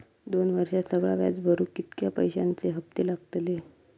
दोन वर्षात सगळा व्याज भरुक कितक्या पैश्यांचे हप्ते लागतले?